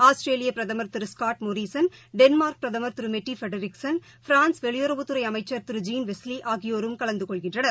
ஆஸ்திரேலியாபிரதமர் திரு Scott Morrison Denmark பிரதமர் திருமெட்டி ஃபெடரிக்கள் பிரான்ஸ் வெளியுறவுத் துறைஅமைச்சர் திரு ஜீன் வெஸ் லிஆகியோரும் கலந்தகொள்கின்றனர்